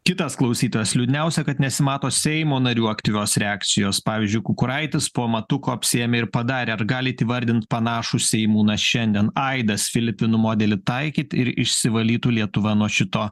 kitas klausytojas liūdniausia kad nesimato seimo narių aktyvios reakcijos pavyzdžiui kukuraitis po matuko apsiėmė ir padarė ar galit įvardint panašų seimūną šiandien aidas filipinų modelį taikyt ir išsivalytų lietuva nuo šito